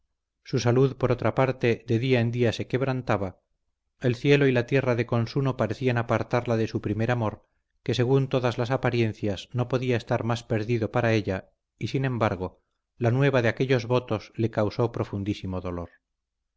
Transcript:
su salud por otra parte de día en día se quebrantaba el cielo y la tierra de consuno parecían apartarla de su primer amor que según todas las apariencias no podía estar más perdido para ella y sin embargo la nueva de aquellos votos le causo profundísimo dolor